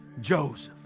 Joseph